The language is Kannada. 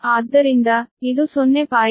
ಆದ್ದರಿಂದ ಇದು 0